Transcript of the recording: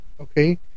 Okay